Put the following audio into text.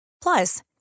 Plus